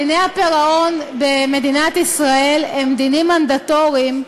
דיני הפירעון במדינת ישראל הם דינים מנדטוריים,